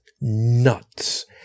nuts